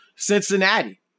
Cincinnati